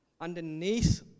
underneath